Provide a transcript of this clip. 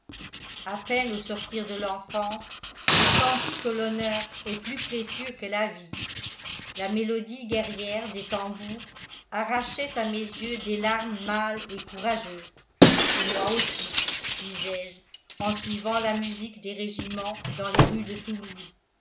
à peine au sortir de l'enfance je sentis que l'honneur est plus précieux que la vie la mélodie guerrière des tambours arrachait à mes yeux des larmes mâles et courageuses et moi aussi disais-je en suivant la musique des régiments dans les rues de toulouse